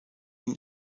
lane